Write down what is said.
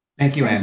thank you, and